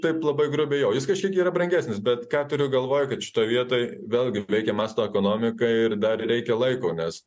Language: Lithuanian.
taip labai grubiai jo jis kažkiek yra brangesnis bet ką turiu galvoj kad šitoj vietoj vėlgi veikia masto ekonomika ir dar reikia laiko nes